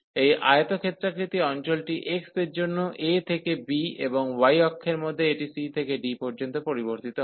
এই আয়তক্ষেত্রাকৃতি অঞ্চলটি x এর জন্য a থেকে b এবং y অক্ষের মধ্যে এটি c থেকে d পর্যন্ত পরিবর্তিত হয়